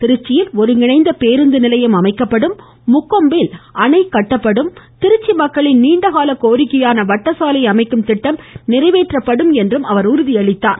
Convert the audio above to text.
திருச்சியில் ஒருங்கிணைந்த பேருந்து நிலையம் அமைக்கப்படும் முக்கொம்பில் அணை கட்டப்படும் திருச்சி மக்களின் நீண்டகால கோரிக்கையான வட்ட சாலை அமைக்கும் திட்டம் நிறைவேற்றப்படும் என்றும் அவர் தெரிவித்தார்